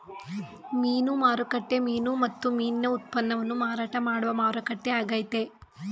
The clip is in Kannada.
ಮೀನು ಮಾರುಕಟ್ಟೆ ಮೀನು ಮತ್ತು ಮೀನಿನ ಉತ್ಪನ್ನವನ್ನು ಮಾರಾಟ ಮಾಡುವ ಮಾರುಕಟ್ಟೆ ಆಗೈತೆ